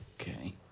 Okay